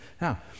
Now